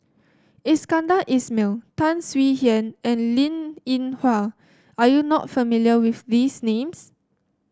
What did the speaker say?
Iskandar Ismail Tan Swie Hian and Linn In Hua are you not familiar with these names